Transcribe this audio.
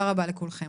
תודה רבה לכולכם.